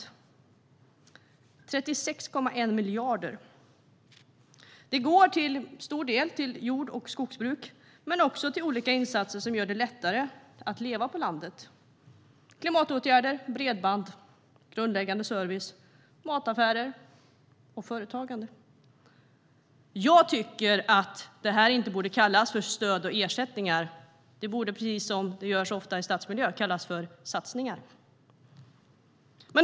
Dessa 36,1 miljarder går till stor del till jord och skogsbruk men också till olika insatser som gör det lättare att leva på landet: klimatåtgärder, bredband, grundläggande service, mataffärer och företagande. Det borde inte kallas för stöd och ersättningar utan för satsningar, precis som det gör i stadsmiljö.